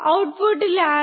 ഔട്ട്പുട്ടിൽ 6